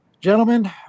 gentlemen